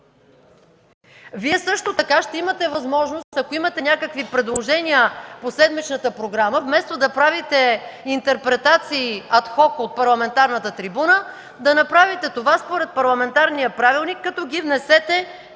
Вие също така ще имате възможност, ако имате някакви предложения по седмичната програма, вместо да правите интерпретации от парламентарната трибуна ад хок, да направите това според парламентарния правилник, като ги внесете